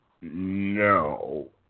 no